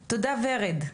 תודה, ורד.